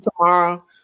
tomorrow